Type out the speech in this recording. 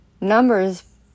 numbers